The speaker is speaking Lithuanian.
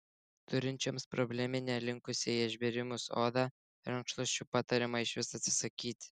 turinčioms probleminę linkusią į išbėrimus odą rankšluosčių patariama išvis atsisakyti